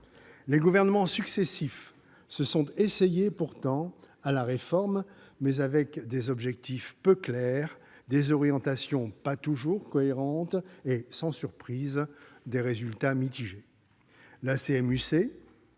Les gouvernements successifs se sont pourtant essayés à la réforme, mais avec des objectifs peu clairs, des orientations pas toujours cohérentes et, sans surprise, des résultats mitigés.